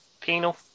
penal